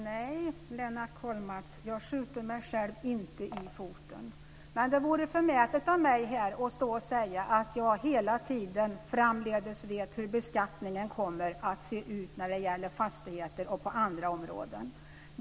Herr talman! Nej, Lennart Kollmats, jag skjuter inte mig själv i foten. Men det vore förmätet av mig att stå här och säga att jag framdeles vet hur beskattningen kommer att se ut när det gäller fastigheter och andra områden.